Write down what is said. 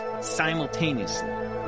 simultaneously